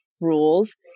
rules